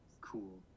cool